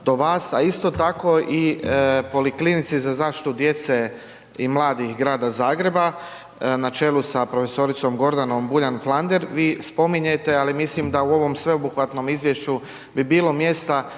a isto tako i Poliklinici za zaštitu djece i mladih Grada Zagreba na čelu sa profesoricom Gordanom Buljan Flander, vi spominjete, ali mislim da u ovom sveobuhvatnom izvješću bi bilo mjesta